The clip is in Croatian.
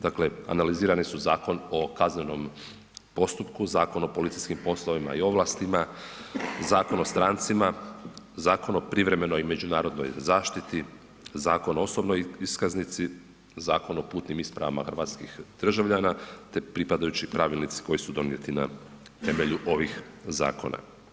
Dakle analizirane su Zakon o kaznenom postupku, Zakon o policijskim poslovima i ovlastima, Zakon o strancima, Zakon o privremenoj međunarodnoj zaštiti, Zakon o osobnoj iskaznici, Zakon o putnim ispravama hrvatskih državljana te pripadajući pravilnici koji su donijeti na temelju ovih zakona.